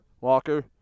Walker